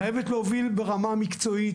חייבת להוביל ברמה המקצועית,